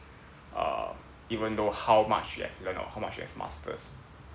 err even though how much you have learnt or how much you have masters